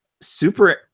super